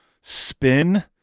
spin